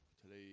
today